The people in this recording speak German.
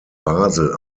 basel